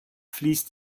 fließt